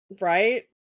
Right